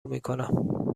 میکنم